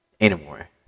anymore